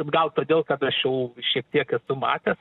bet gal todėl kad aš jau šiek tiek esu matęs